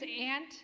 aunt